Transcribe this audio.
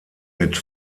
mit